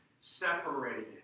separated